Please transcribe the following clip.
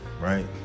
right